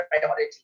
priority